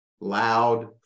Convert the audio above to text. loud